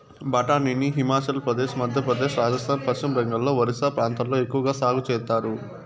బఠానీని హిమాచల్ ప్రదేశ్, మధ్యప్రదేశ్, రాజస్థాన్, పశ్చిమ బెంగాల్, ఒరిస్సా ప్రాంతాలలో ఎక్కవగా సాగు చేత్తారు